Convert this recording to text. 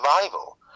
survival